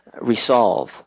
resolve